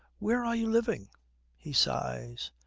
where are you living he sighs.